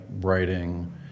writing